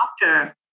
doctor